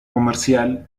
comercial